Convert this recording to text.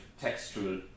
textual